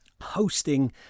hosting